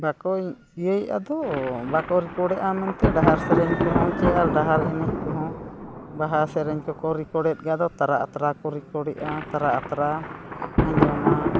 ᱵᱟᱠᱚ ᱤᱭᱟᱹ ᱟᱫᱚ ᱵᱟᱠᱚ ᱨᱮᱠᱚᱨᱰᱮᱜᱼᱟ ᱢᱮᱱᱛᱮᱫ ᱰᱟᱦᱟᱨ ᱥᱮᱨᱮᱧ ᱠᱚ ᱦᱚᱸ ᱪᱮ ᱰᱟᱦᱟᱨ ᱮᱱᱮᱡ ᱠᱚ ᱦᱚᱸ ᱵᱟᱦᱟ ᱥᱮᱨᱮᱧ ᱠᱚ ᱠᱚ ᱨᱮᱠᱚᱨᱰᱮᱫ ᱜᱮᱭᱟ ᱟᱫᱚ ᱛᱟᱨᱟ ᱟᱛᱨᱟ ᱠᱚ ᱨᱮᱠᱚᱨᱰᱮᱜᱼᱟ ᱛᱟᱨᱟ ᱟᱛᱨᱟ ᱟᱸᱡᱚᱢᱟ